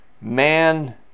man